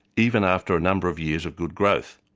even after a number of years of good growth.